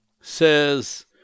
says